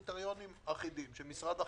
בקריטריונים אחידים של משרד החינוך.